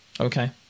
Okay